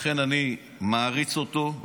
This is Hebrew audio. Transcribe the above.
לכן אני מעריץ אותו.